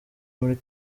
muri